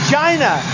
China